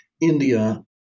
India